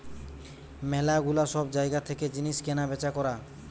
ম্যালা গুলা সব জায়গা থেকে জিনিস কেনা বেচা করা